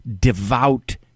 devout